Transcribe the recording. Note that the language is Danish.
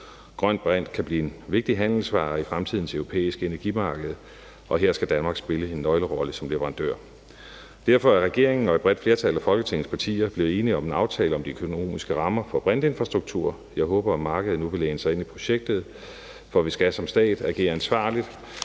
Grøn brint kan blive en vigtig handelsvare i fremtidens europæiske energimarked, og her skal Danmark spille en nøglerolle som leverandør. Derfor er regeringen og et bredt flertal af Folketingets blevet enige om en aftale om de økonomiske rammer for brintinfrastruktur. Jeg håber, at markedet nu vil læne sig ind i projektet, for vi skal som stat agere ansvarligt,